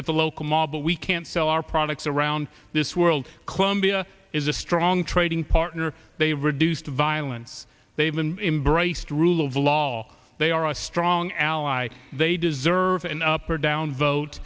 at the local mall but we can't sell our products around this world clone be a is a strong trading partner they've reduced violence they've been embraced rule of law they are a strong ally they deserve an up or down vote